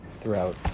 throughout